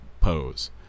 pose